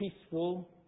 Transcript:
peaceful